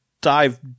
dive